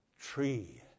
tree